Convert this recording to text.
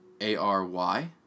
A-R-Y